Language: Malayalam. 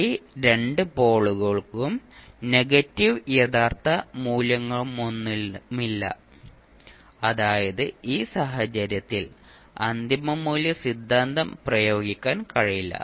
ഈ രണ്ട് പോളുകൾക്കും നെഗറ്റീവ് യഥാർത്ഥ മൂല്യമൊന്നുമില്ല അതായത് ഈ സാഹചര്യത്തിൽ അന്തിമ മൂല്യ സിദ്ധാന്തം പ്രയോഗിക്കാൻ കഴിയില്ല